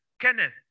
Kenneth